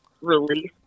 release